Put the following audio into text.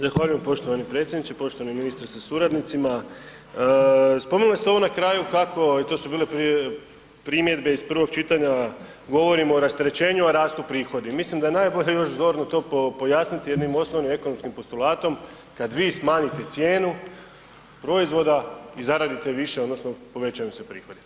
Zahvaljujem poštovani predsjedniče, poštovani ministri sa suradnicima, spomenuli ste ovo na kraju kako i to su bile primjedbe iz prvog čitanja, govorimo o rasterećenju, a rastu prihodu, mislim da je najbolje još zorno to pojasniti jednim osnovnim ekonomskim postulatom kad vi smanjite cijenu proizvoda i zaradite više odnosno povećaju vam se prihodi.